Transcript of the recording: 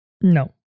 no